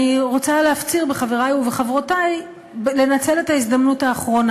אני רוצה להפציר בחברי ובחברותי לנצל את ההזדמנות האחרונה